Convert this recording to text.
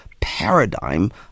paradigm